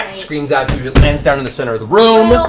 screams at you. it lands down in the center of the room.